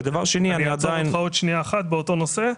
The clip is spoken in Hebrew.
אני אעצור אותך עוד שנייה אחת באותו נושא.